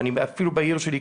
אפילו בעיר שלי,